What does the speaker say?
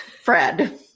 Fred